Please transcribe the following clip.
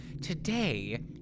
Today